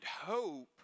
hope